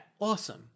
awesome